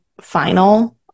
final